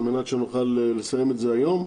על מנת שנוכל לסיים את זה היום,